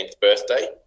birthday